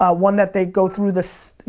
ah one that they go through this,